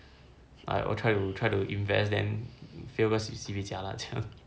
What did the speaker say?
I will try to try to invest then jialat 这样